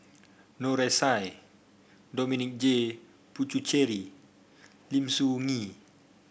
Noor S I Dominic J Puthucheary Lim Soo Ngee